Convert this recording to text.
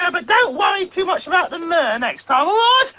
yeah but don't worry too much about the myrrh next time, alright?